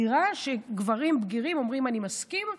שגברים בגירים אומרים: אני מסכים,